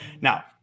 Now